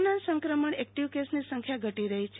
corona સંક્રમણ active કેસની સંખ્યા ઘટી રહી છે